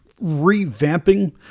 revamping